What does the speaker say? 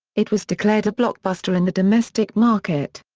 it was declared a blockbuster in the domestic market.